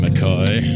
McCoy